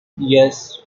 yes